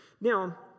Now